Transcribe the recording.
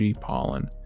Pollen